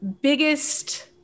biggest